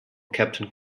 captain